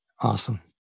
Awesome